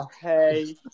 Hey